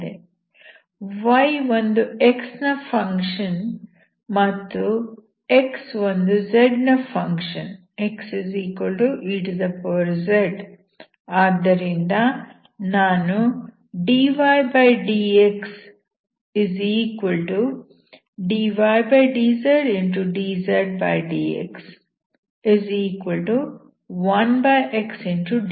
y ಒಂದು x ನ function ಮತ್ತು x ಒಂದು z ನ ಫಂಕ್ಷನ್ xez ಆದ್ದರಿಂದ ನಾನು dydxdydz